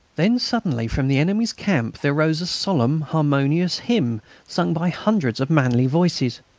then suddenly from the enemy's camp there rose a solemn, harmonious hymn sung by hundreds of manly voices.